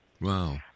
Wow